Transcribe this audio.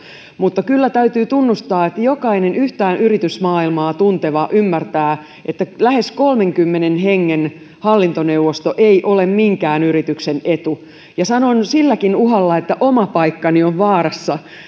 mutta kyllä täytyy tunnustaa että jokainen yhtään yritysmaailmaa tunteva ymmärtää että lähes kolmenkymmenen hengen hallintoneuvosto ei ole minkään yrityksen etu ja sanon silläkin uhalla että oma paikkani on vaarassa